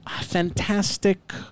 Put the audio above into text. fantastic